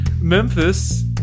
Memphis